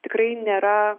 tikrai nėra